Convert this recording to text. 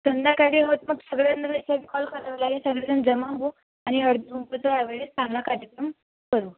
संध्याकाळी होतं मग सगळ्यांना तसा कॉल करावं लागेल सगळेजण जमा हो आणि हळदी कुंकवाचा या वेळेस चांगला कार्यक्रम करू